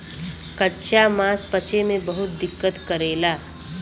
कच्चा मांस पचे में बहुत दिक्कत करेला